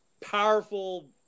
powerful